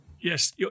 Yes